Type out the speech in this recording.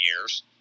years